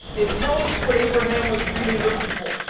it tells us what abraham was really looking for.